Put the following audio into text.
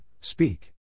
Speak